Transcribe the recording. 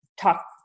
talk